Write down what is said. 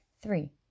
Three